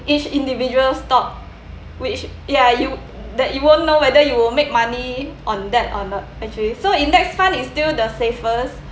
each individual stock which ya you that you won't know whether you will make money on that or not actually so index fund is still the safest